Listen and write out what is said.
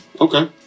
Okay